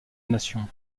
nation